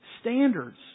standards